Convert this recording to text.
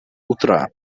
утра